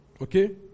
Okay